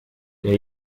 der